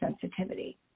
sensitivity